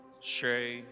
Shay